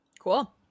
Cool